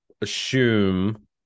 assume